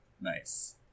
nice